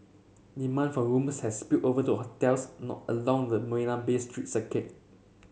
demand for rooms has spilled over to hotels not along the Marina Bay street circuit